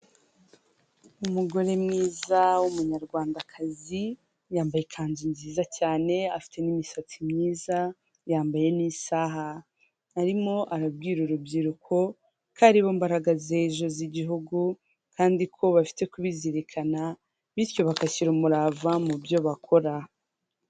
Umugore mwiza w'umunyarwandakazi, yambaye ikanzu nziza cyane afite n'imisatsi myiza yambaye n'isaha, arimo arabwira urubyiruko ko aribo mbaraga z'ejo z'igihugu kandi ko bafite kubizirikana bityo bagashyira umurava mu byo bakora.